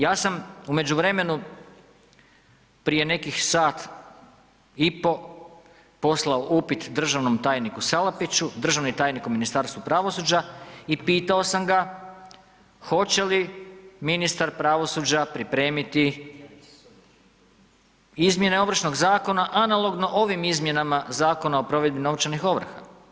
Ja sam u međuvremenu prije nekih sat i pol poslao upit državnom tajniku Salapiću, državnom tajniku u Ministarstvu pravosuđa i pitao sam ga hoće li ministar pravosuđa pripremiti izmjene Ovršnog zakona analogno ovim izmjenama Zakona o provedbi novčanih ovrha?